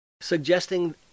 suggesting